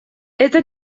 это